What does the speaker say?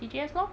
T_G_S lor